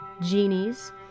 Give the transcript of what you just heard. genies